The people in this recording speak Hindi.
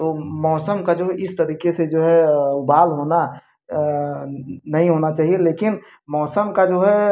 तो मौसम का जो इस तरीके से जो है उबाल होना नहीं होना चाहिए लेकिन मौसम का जो है